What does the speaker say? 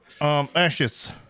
Ashes